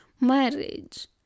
marriage